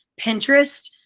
Pinterest